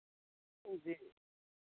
वह जी